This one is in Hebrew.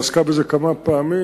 כבר עסקה בזה כמה פעמים.